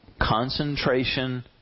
concentration